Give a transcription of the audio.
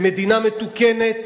במדינה מתוקנת